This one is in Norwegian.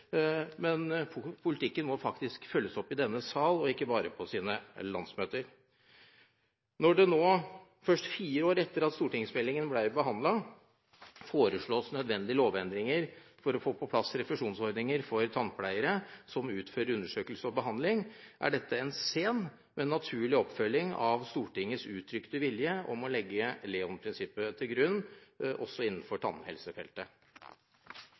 Men politikken må faktisk følges opp i denne sal og ikke bare på sine landsmøter. Når det nå, først fire år etter at stortingsmeldingen ble behandlet, foreslås nødvendige lovendringer for å få på plass refusjonsordninger for tannpleiere som utfører undersøkelse og behandling, er dette en sen, men naturlig oppfølging av Stortingets uttrykte vilje om å legge LEON-prinsippet til grunn også innenfor tannhelsefeltet.